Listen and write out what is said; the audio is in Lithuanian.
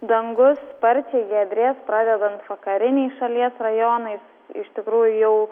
dangus sparčiai giedrės pradedant vakariniais šalies rajonais iš tikrųjų jau